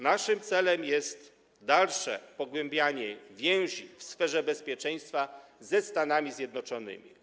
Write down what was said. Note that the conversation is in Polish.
Naszym celem jest dalsze pogłębianie więzi w sferze bezpieczeństwa ze Stanami Zjednoczonymi.